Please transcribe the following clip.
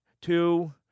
two